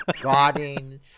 guarding